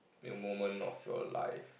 your moment of your life